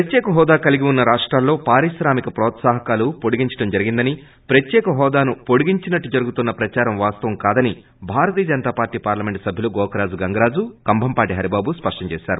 ప్రత్యేక హోదా కలిగిఉన్న రాష్టాల్లో పారిశ్రామిక ప్రోత్పాహకాలు పొడిగించడం జరిగిందని ప్రత్యేక హోదాను పొడిగించినట్టు జరుగుతున్న ప్రదారం వాస్తవం కాదని భారతీయ జనతా పార్టీ పార్లమెంట్ సభ్యులు గోకరాజు గంగరాజు కంభంపాటి హరిబాబులు స్పష్టంచేశారు